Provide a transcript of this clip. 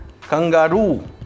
Kangaroo